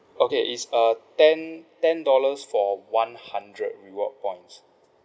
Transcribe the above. okay it's uh ten ten dollars for one hundred reward points